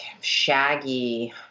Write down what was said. shaggy